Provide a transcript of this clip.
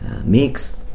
mix